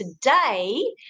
today